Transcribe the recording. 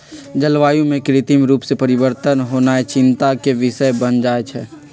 जलवायु में कृत्रिम रूप से परिवर्तन होनाइ चिंता के विषय बन जाइ छइ